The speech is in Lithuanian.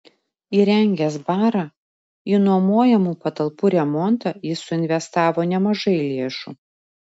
įrengęs barą į nuomojamų patalpų remontą jis suinvestavo nemažai lėšų